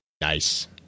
Nice